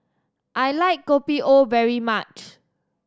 I like Kopi O very much